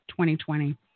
2020